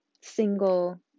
single